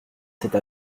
cette